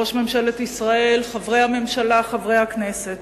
ראש ממשלת ישראל, חברי הממשלה, חברי הכנסת,